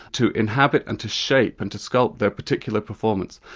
to inhabit and to shape and to sculpt their particular performance.